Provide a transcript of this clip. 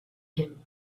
him